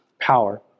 power